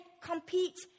compete